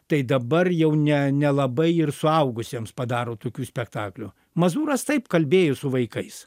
tai dabar jau ne nelabai ir suaugusiems padaro tokių spektaklių mazūras taip kalbėjo su vaikais